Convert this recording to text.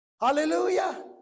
Hallelujah